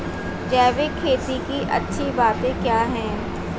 जैविक खेती की अच्छी बातें क्या हैं?